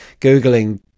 Googling